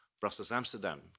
Brussels-Amsterdam